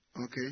Okay